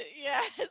yes